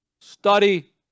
study